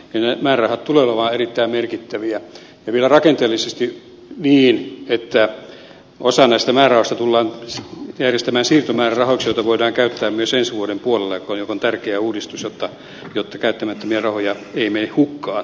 ne määrärahat tulevat olemaan erittäin merkittäviä ja vielä rakenteellisesti niin että osa näistä määrärahoista tullaan järjestämään siirtomäärärahoiksi joita voidaan käyttää myös ensi vuoden puolella mikä on tärkeä uudistus jotta käyttämättömiä rahoja ei mene hukkaan